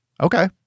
Okay